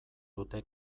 dute